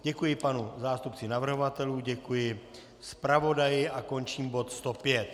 Děkuji panu zástupci navrhovatelů, děkuji zpravodaji a končím bod 105.